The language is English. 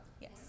Yes